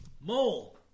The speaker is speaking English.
Mole